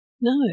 No